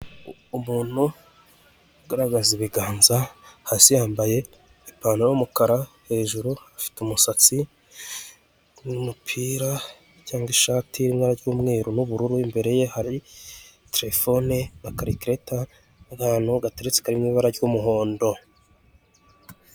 Umuntu ugaragaza ibiganza, hasi yambaye ipantaro y'umukara, hejuru afite umusatsi, n'umupira cyangwa ishati y'ibara ry'umweru n'ubururu, imbere ye hari telefone na karikireta, n'akantu gateretse kari mu ibara ry'umuhondo.